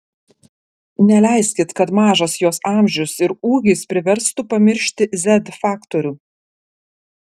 neleiskit kad mažas jos amžius ir ūgis priverstų pamiršti z faktorių